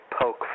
poke